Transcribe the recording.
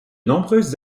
nombreuses